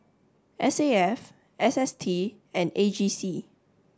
S A F S S T and A G C